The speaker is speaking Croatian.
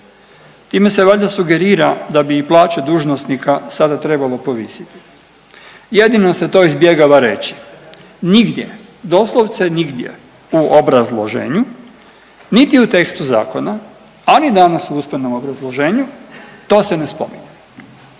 Time se valjda sugerira da bi i plaće dužnosnika sada trebalo povisiti. Jedino se to izbjegava reći. Nigdje, doslovce nigdje u obrazloženju, niti u tekstu zakona, a ni danas u usmenom obrazloženju to se ne spominje.